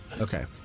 Okay